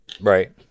Right